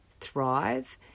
thrive